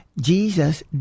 Jesus